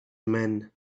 men